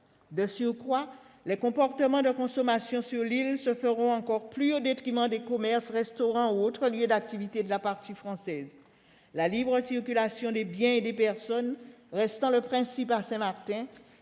De surcroît, les comportements de consommation sur l'île se feront encore plus au détriment des commerces, restaurants ou autres lieux d'activités de la partie française. La libre circulation des biens et des personnes restant le principe à Saint-Martin,